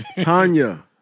Tanya